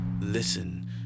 Listen